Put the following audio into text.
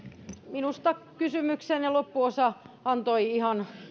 minusta kysymyksenne loppuosa antoi vastaukselle ihan